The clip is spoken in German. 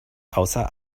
außer